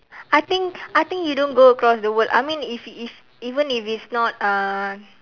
I think I think you don't go across the world I mean if if even if it's not uh